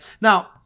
Now